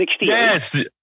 Yes